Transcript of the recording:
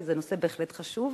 כי זה נושא בהחלט חשוב.